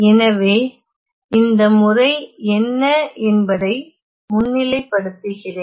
எனவே இந்த முறை என்ன என்பதை முன்னிலைப்படுத்துகிறேன்